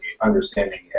understanding